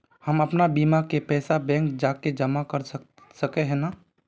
हम अपन बीमा के पैसा बैंक जाके जमा कर सके है नय?